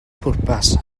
pwrpas